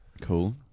Cool